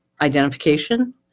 identification